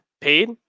Paid